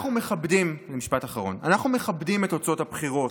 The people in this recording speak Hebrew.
אנחנו מכבדים את תוצאות הבחירות,